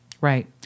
Right